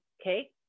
okay